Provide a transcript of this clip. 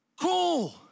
Cool